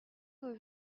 qu’au